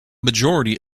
majority